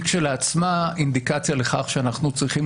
היא כשלעצמה אינדיקציה לכך שאנחנו צריכים